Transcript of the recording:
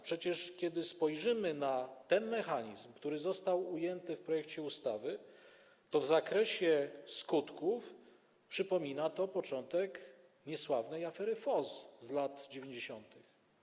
Przecież kiedy spojrzymy na ten mechanizm, który został ujęty w projekcie ustawy, to zobaczymy, że w zakresie skutków przypomina to początek niesławnej afery FOZZ z lat 90.